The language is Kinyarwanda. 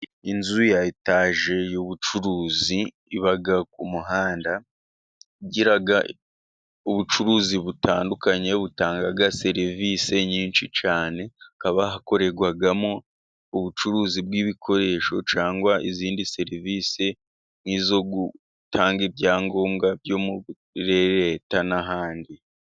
Inzu ya etaje y'ubucuruzi iba ku muhanda. Igira ubucuruzi butandukanye butanga serivisi nyinshi cyane. Hakaba hakorerwamo ubucuruzi bw'ibikoresho, cyangwa izindi serivisi nk'izo gutanga ibyangombwa byo muri Leta n'ahandi.